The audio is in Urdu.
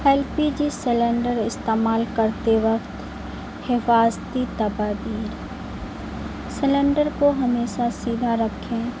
ایل پی جی سلینڈر استعمال کرتے وقت حفاظتی تدایر سلینڈر کو ہمیشہ سیدھا رکھیں